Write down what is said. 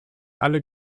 alle